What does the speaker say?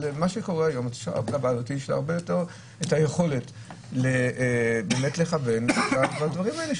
היום יש לוועדה יותר יכולת לכוון לדברים האלה.